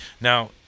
now